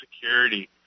security